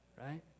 right